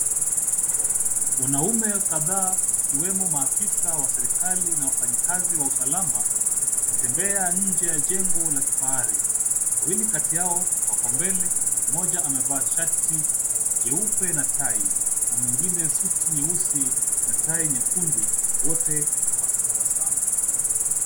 Wanaume kadhaa wakiwemo maafisa serikali na wafanyikazi wa usalama, wakitembea nje ya jengo la kifahari. Wawili kati yao wako mbele, mmoja amevaa shati jeupe na tai, na mwingine suti nyeusi na tai nyekundu, wote wakitabasamu.